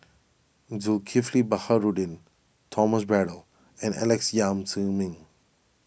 Zulkifli Baharudin Thomas Braddell and Alex Yam Ziming